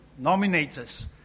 nominators